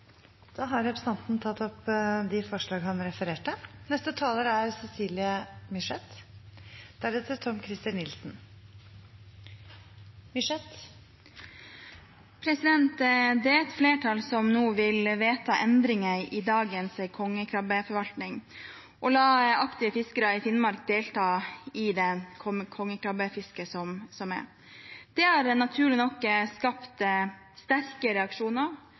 Representanten Geir Adelsten Iversen har tatt opp de forslagene han refererte til. Et flertall vil nå vedta endringer i dagens kongekrabbeforvaltning og la aktive fiskere i Finnmark delta i kongekrabbefisket. Det har naturlig nok skapt sterke reaksjoner